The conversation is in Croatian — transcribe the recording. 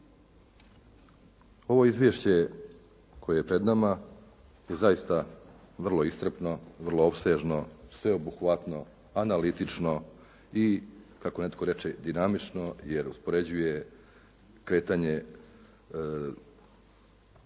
Ovo Izvješće koje je pred nama je zaista vrlo iscrpno, vrlo opsežno, sveobuhvatno, analitično i kako netko reče dinamično jer uspoređuje kretanje